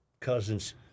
Cousins